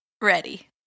Ready